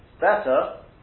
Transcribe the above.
Better